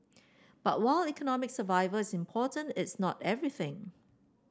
but while economic survival is important it's not everything